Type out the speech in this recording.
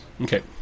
Okay